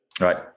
Right